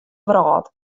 wrâld